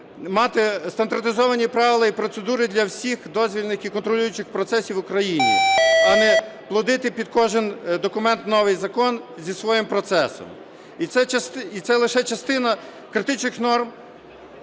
мати стандартизовані правила і процедури для всіх дозвільних і контролюючих процесів України, а не "плодити" під кожен документ новий закон зі своїм процесом. І це лише частина критичних норм,